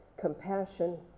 compassion